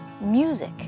Music